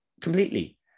completely